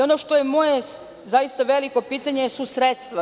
Ono što je moje veliko pitanje su sredstva.